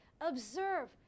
Observe